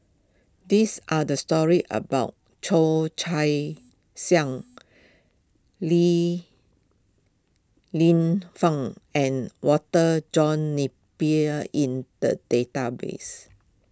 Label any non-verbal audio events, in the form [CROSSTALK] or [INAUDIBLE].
these are the stories about Cheo Chai [NOISE] [UNINTELLIGIBLE] Li Lienfung and Walter John Napier in the database